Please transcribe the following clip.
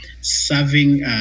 serving